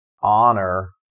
honor